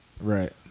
Right